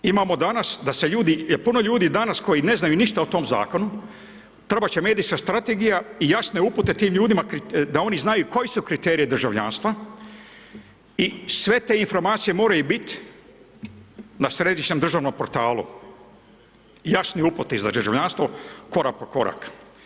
Imamo danas da se ljudi, puno ljudi danas koji ne znaju ništa o tom Zakonu, trebat će medijska strategija i jasne upute tim ljudima da oni znaju koji su kriteriji državljanstva i sve te informacije moraju biti na Središnjem državnom portalu, jasni uputi za državljanstvo, korak po korak.